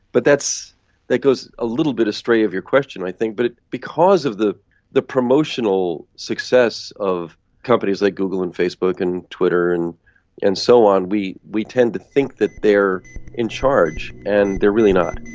but that goes a little bit astray of your question, i think, but because of the the promotional success of companies like google and facebook and twitter and and so on, we we tend to think that they're in charge, and they're really not.